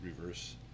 reverse